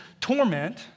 torment